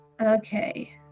Okay